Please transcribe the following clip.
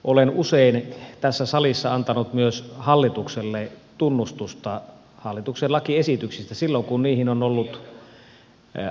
olen usein tässä salissa antanut myös hallitukselle tunnustusta hallituksen lakiesityksistä silloin kun siihen on ollut aihetta